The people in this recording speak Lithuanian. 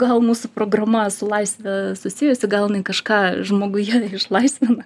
gal mūsų programa su laisve susijusi gal jinai kažką žmoguje išlaisvina